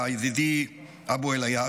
ידידי אבו אל עייש,